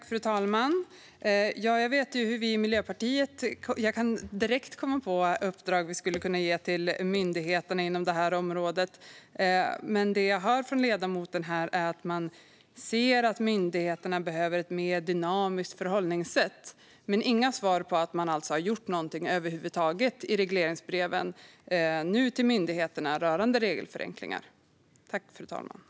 Fru talman! Jag kan direkt komma på uppdrag som vi skulle kunna ge till myndigheterna inom det här området. Det jag hör från ledamoten här är dock bara att man ser att myndigheterna behöver ett mer dynamiskt förhållningssätt. Men vi får alltså inga svar på om man har gjort något över huvud taget rörande regelförenklingar i regleringsbreven till myndigheterna.